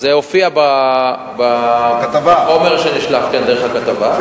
זה היה בחומר שנשלח דרך הכתבה.